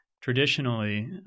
Traditionally